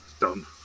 done